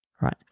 Right